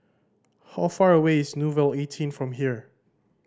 how far away is Nouvel eighteen from here